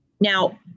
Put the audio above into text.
Now